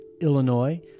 Illinois